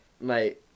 mate